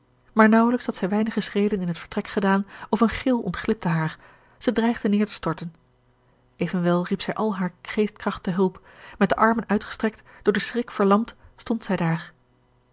maar naauwelijks had zij weinige schreden in het vertrek gedaan of een gil ontglipte haar zij dreigde neêr te storten evenwel riep zij al hare geestkracht te hulp met de armen uitgestrekt door den schrik verlamd stond zij daar